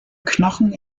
knochen